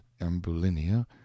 ambulinia